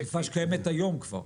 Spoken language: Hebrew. זו אכיפה קיימת כבר היום,